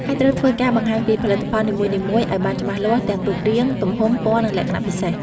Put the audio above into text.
ហើយត្រូវធ្វើការបង្ហាញពីផលិតផលនីមួយៗឲ្យបានច្បាស់លាស់ ទាំងរូបរាង ទំហំ ពណ៌ និងលក្ខណៈពិសេស។